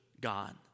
God